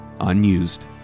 unused